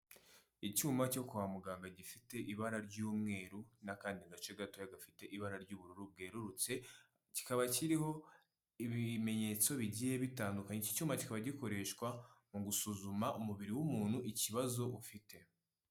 Icyuma cyo kwa muganga gifite ibara ry'umweru n'akandi gace gato gafite ibara ry'ubururu bwerurutse, kikaba kiriho ibimenyetso bigiye bitandukanye. Icyo cyuma kikaba gikoreshwa mu gusuzuma umubiri w'umuntu ikibazo ufite.